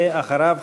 ואחריו,